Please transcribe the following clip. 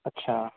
اچھا